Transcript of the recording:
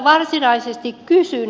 varsinaisesti kysyn